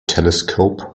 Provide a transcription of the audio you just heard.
telescope